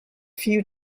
few